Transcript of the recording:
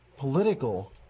political